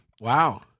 Wow